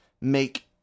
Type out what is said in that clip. make